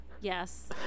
yes